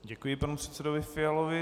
Děkuji panu předsedovi Fialovi.